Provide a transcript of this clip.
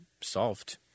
solved